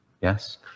Yes